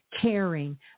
caring